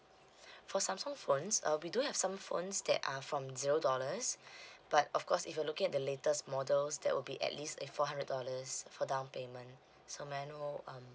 for Samsung phones uh we do have some phones that are from zero dollars but of course if you're looking at the latest models that will be at least a four hundred dollars for down payment so may I know um